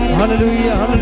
hallelujah